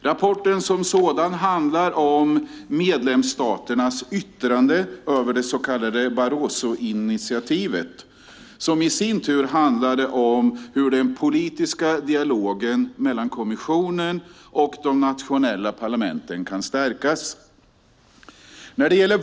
Rapporten som sådan handlar om medlemsstaternas yttrande över det så kallade Barrosoinitiativet, som i sin tur handlade om hur den politiska dialogen mellan kommissionen och de nationella parlamenten kan stärkas.